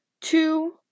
two